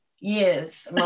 yes